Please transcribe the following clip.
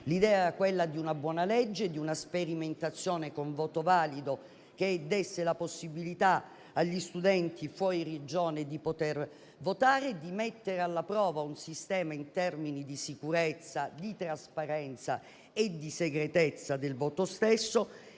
l'idea era quella di una buona legge, di una sperimentazione con voto valido che desse la possibilità agli studenti fuori Regione di poter votare e di mettere alla prova un sistema in termini di sicurezza, di trasparenza e di segretezza del voto. Questo